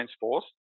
force